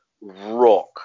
rock